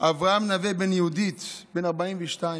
אברהם נח בן יהודית, בן 42,